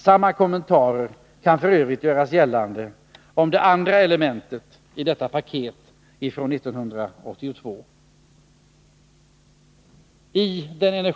Samma kommentar kan f. ö. göras om det andra elementet i detta paket från 1982.